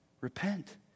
Repent